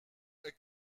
est